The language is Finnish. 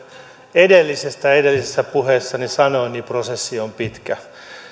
edellisestä edellisessä puheessani sanoin niin prosessi on pitkä